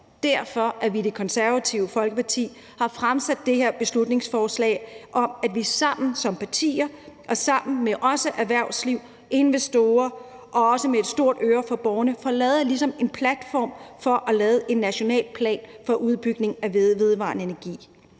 derfor, at vi i Det Konservative Folkeparti har fremsat det her beslutningsforslag om, at vi sammen som partier, sammen med erhvervsliv og investorer og med et lyttende øre over for borgerne får lavet en platform for at lave en national plan for udbygning af vedvarende energi.